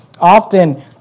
often